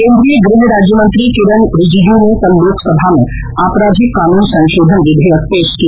केन्द्रीय गृह राज्यमंत्री किरेन रिजिजू ने कल लोकसभा में आपराधिक कानून संशोधन विधेयक पेश किया